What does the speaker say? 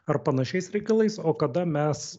ar panašiais reikalais o kada mes